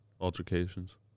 altercations